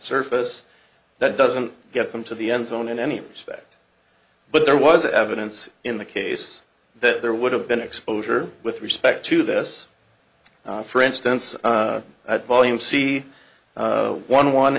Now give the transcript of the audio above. surface that doesn't get them to the end zone in any respect but there was evidence in the case that there would have been exposure with respect to this for instance at volume c one one